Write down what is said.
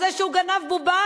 על זה שהוא גנב בובה,